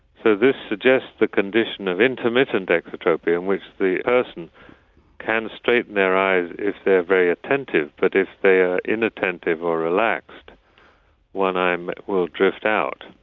so, this suggests the condition of intermittent exotropia in which the person can straighten their eyes if they're very attentive but if they are inattentive or relaxed one eye will drift out.